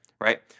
right